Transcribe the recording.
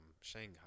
Shanghai